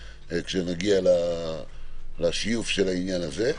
כשנגיע לשיוף של העניין הזה,